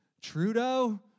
Trudeau